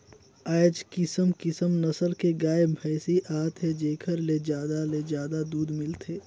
आयज किसम किसम नसल के गाय, भइसी आत हे जेखर ले जादा ले जादा दूद मिलथे